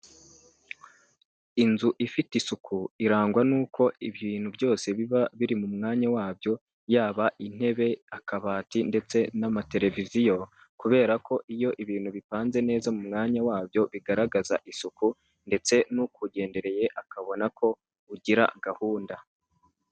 Inzu ifite isuku, irangwa n'uko ibyo bintu byose biba biri mu mwanya wabyo, yaba intebe, akabati, ndetse n'amateleviziyo, kubera ko iyo ibintu bipanze neza mu mwanya wabyo, bigaragaza isuku, ndetse n'ukugendereye akabona ko ugira gahunda.